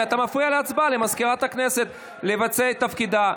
ואתה מפריע לסגנית מזכיר הכנסת לבצע את תפקידה,